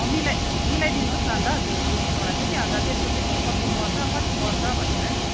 अँ मिलाई मिलाइदिनु होस् न त त्यो दुई तिनवटा चाहिँ कि अन्त त्यसको चाहिँ के कस्तो पर्छ कति पर्छ भनेर नि